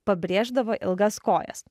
pabrėždavo ilgas kojas